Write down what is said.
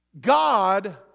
God